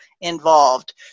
involved